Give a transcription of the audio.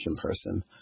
person